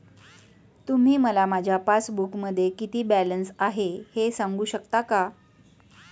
तुम्ही मला माझ्या पासबूकमध्ये किती बॅलन्स आहे हे सांगू शकता का?